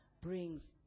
brings